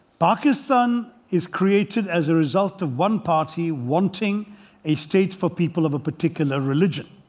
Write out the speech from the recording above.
pakistan is created as a result of one party wanting a state for people of a particular religion.